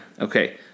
Okay